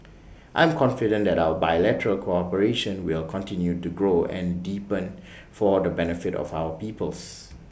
I am confident that our bilateral cooperation will continue to grow and deepen for the benefit of our peoples